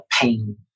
pain